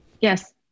Yes